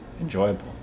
enjoyable